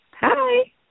Hi